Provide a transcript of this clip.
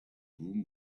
room